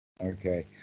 okay